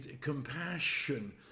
compassion